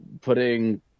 putting